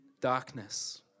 darkness